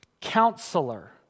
Counselor